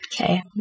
Okay